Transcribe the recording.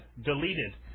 deleted